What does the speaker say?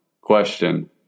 question